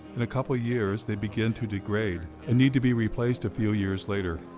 in a couple years, they begin to degrade and need to be replaced a few years later.